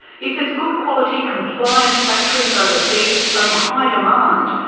he says good quality compliant factories overseas are in high demand.